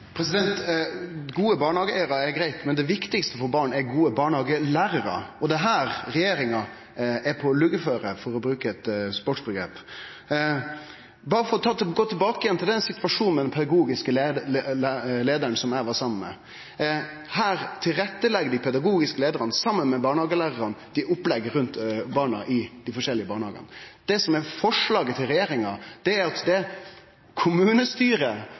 Gode barnehageeigarar er greitt, men det viktigaste for barn er gode barnehagelærarar. Og det er her regjeringa er «på luggeføre», for å bruke eit sportsomgrep. Berre for å gå tilbake til situasjonen med den pedagogiske leiaren som eg var saman med: Her legg dei pedagogiske leiarane, saman med barnehagelærarane, til rette opplegget rundt barna i dei forskjellige barnehagane. Det som er forslaget frå regjeringa, er at det er kommunestyret